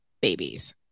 babies